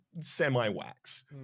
semi-wax